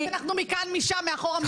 אנחנו מקבלים משכורת.